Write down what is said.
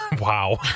Wow